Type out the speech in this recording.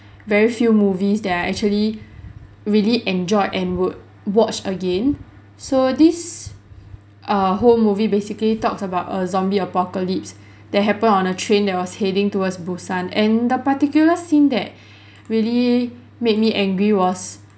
very few movies that I actually really enjoyed and would watch again so this err whole movie basically talks about a zombie apocalypse that happened on a train that was heading towards busan and the particular scene that really made me angry was